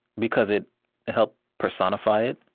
because it helped personify it,